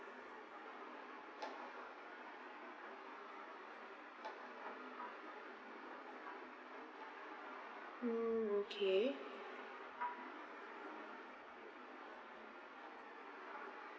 mm okay